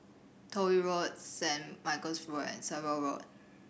Toh Yi Road Saint Michael's Road and Percival Road